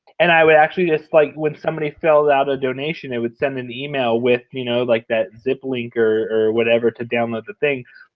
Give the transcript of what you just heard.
and i would actually just, like, when somebody filled out a donation, it would send an email with, you know, like, that zip link or or whatever to download the thing.